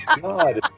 God